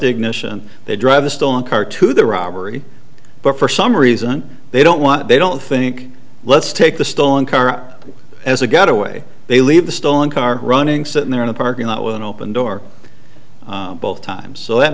the ignition they drive a stolen car to the robbery but for some reason they don't want they don't think let's take the stolen car as a getaway they leave the stolen car running sitting there in a parking lot with an open door both times so that